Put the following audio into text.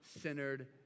centered